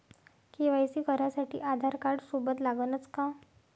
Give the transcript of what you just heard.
KYC करासाठी आधारकार्ड सोबत लागनच का?